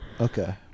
Okay